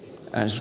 pääos